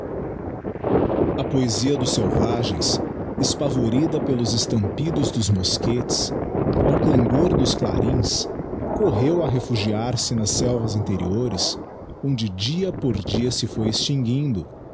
a poesia dos selvagens espavorida pelos estampidos dos mosquetes ao clangor dos clarins correu a refugiar-se nas selvas interiores onde dia por dia se foi extinguindo